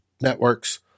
Network's